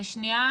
חני,